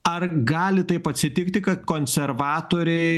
ar gali taip atsitikti kad konservatoriai